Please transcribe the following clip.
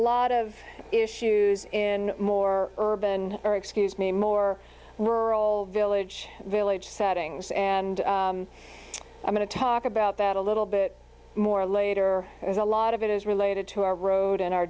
lot of issues in more urban or excuse me more rural village village settings and i'm going to talk about that a little bit more later as a lot of it is related to our road in our